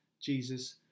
Jesus